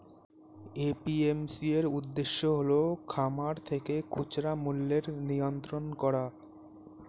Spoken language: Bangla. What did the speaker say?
এ.পি.এম.সি এর উদ্দেশ্য হল খামার থেকে খুচরা মূল্যের নিয়ন্ত্রণ করা